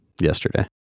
yesterday